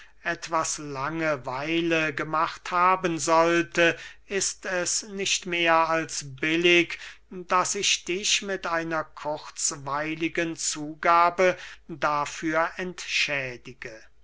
etwas lange weile gemacht haben sollte ist es nicht mehr als billig daß ich dich mit einer kurzweiligen zugabe dafür entschädige